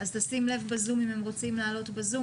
זו פעילות בתי ספר,